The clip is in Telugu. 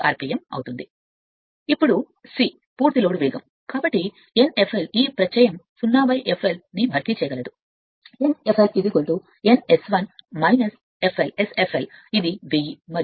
ఇప్పుడు c పూర్తి లోడ్ వేగం కాబట్టి n fl ఈ ప్రత్యయం 0 fl ని భర్తీ చేయగలదు n fl n S1 Sfl ఇది 1000 మరియు Sfl 0